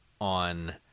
on